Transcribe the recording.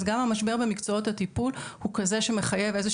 אז גם המשבר במקצועות הטיפול הוא כזה שמחייב איזו